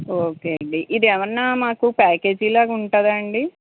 okay అండి ఇది ఏమైనా మాకు ప్యాకేజీ లాగా ఉంటుందా అండి